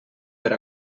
per